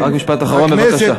רק משפט אחרון, בבקשה.